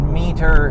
meter